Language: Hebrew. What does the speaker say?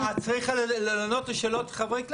לא, אבל את צריכה לענות על שאלות חברי הכנסת.